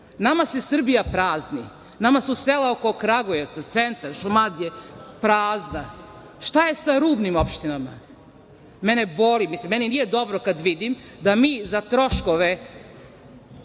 Nama se Srbija prazni. Nama su sela oko Kragujevca, centar Šumadije prazna. Šta je sa rubnim opštinama? Mene boli i meni nije dobro kada vidim da mi za troškove